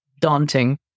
daunting